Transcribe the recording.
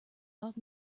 off